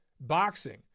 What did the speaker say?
boxing